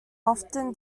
often